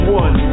one